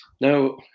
Now